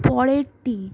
পরেরটি